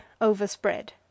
overspread